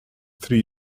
three